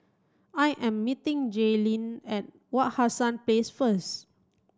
I am meeting Jaylyn at Wak Hassan Place first